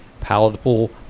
palatable